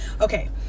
Okay